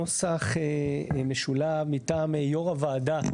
המציאו אותו לפנינו עוד בתקופות ועדות הקבלה,